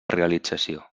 realització